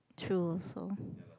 true also